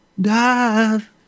Dive